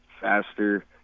faster